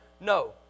No